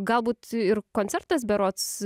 galbūt ir koncertas berods